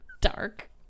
dark